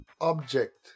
object